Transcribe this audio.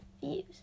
views